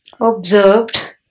observed